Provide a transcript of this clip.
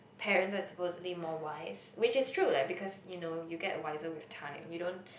parents are supposedly more wise which is true like because you know you get wiser with time you don't